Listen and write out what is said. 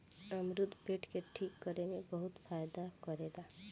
अमरुद पेट के ठीक रखे में बहुते फायदा करेला